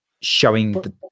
showing